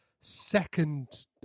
second